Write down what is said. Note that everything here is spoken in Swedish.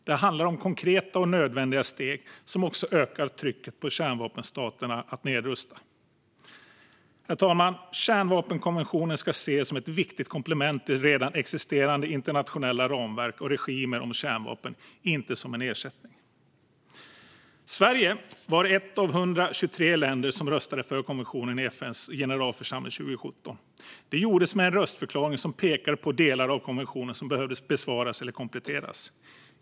Det handlar om konkreta och nödvändiga steg som också ökar trycket på kärnvapenstaterna att nedrusta. Herr talman! Kärnvapenkonventionen ska ses som ett viktigt komplement till redan existerande internationella ramverk och regimer om kärnvapen, inte som en ersättning. Sverige var ett av 123 länder som röstade för konventionen i FN:s generalförsamling 2017. Det gjordes med en röstförklaring som pekade på delar av konventionen som behövde besvaras eller kompletteras.